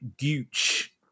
Gooch